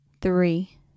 three